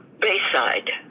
Bayside